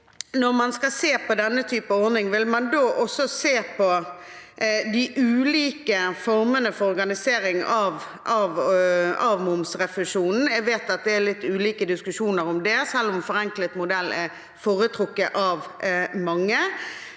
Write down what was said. når man skal se på denne typen ordning, er om man også vil se på de ulike formene for organisering av momsrefusjonen. Jeg vet at det er litt ulike diskusjoner om det, selv om forenklet modell er foretrukket av mange.